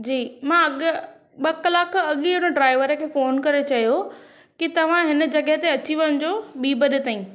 जी मां अॻु ॿ कलाक अॻु ई उन ड्राइवर खे फ़ोन करे चयो की तव्हां हिन जॻहि ते अची वञजो ॿीं बजे ताईं